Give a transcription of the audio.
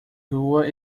rua